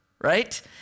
right